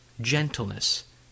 gentleness